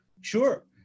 sure